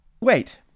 Wait